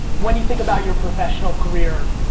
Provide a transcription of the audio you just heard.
when you think about your professional career,